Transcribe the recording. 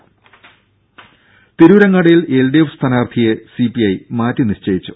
ദേദ തിരൂരങ്ങാടിയിൽ L D F സ്ഥാനാർത്ഥിയെ സിപിഐ മാറ്റി നിശ്ചയിച്ചു